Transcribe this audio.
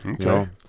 okay